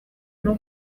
n’u